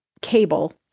cable